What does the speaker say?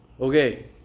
Okay